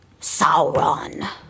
Sauron